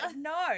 no